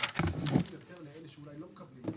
לא התקבלה.